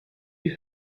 you